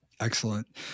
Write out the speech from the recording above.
Excellent